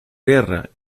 guerra